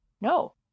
No